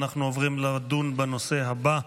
אנחנו עוברים לדון בנושא הבא,